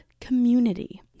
community